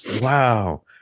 wow